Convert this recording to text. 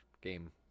game